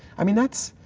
i mean, that's